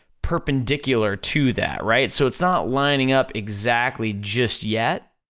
perpendicular to that, right? so it's not lining up exactly just yet,